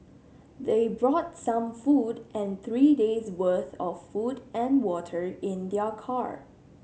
they brought some food and three days' worth of food and water in their car